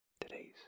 today's